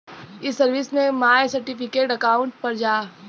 ई सर्विस में my certificate account पर जा